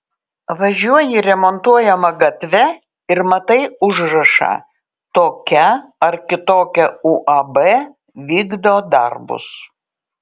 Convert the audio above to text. važiuoji remontuojama gatve ir matai užrašą tokia ar kitokia uab vykdo darbus